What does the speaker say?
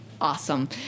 awesome